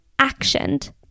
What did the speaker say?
actioned